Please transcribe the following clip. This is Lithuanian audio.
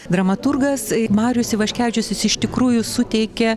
dramaturgas marius ivaškevičius jis iš tikrųjų suteikia